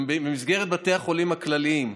במסגרות בתי החולים הכלליים,